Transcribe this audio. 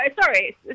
sorry